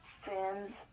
friends